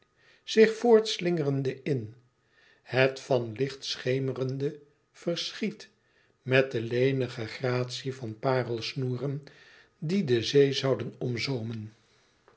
zich voortslingerende in het van licht schemerende verschiet met de lenige gratie van parelsnoeren die de zee zouden